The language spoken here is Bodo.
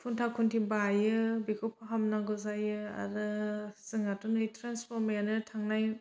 खुन्था खुन्थि बायो बेखौ फाहामनांगौ जायो आरो जोंहाथ' नै ट्रान्सफरमायानो थांनाय